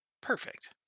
perfect